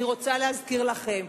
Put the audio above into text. אני רוצה להזכיר לכם,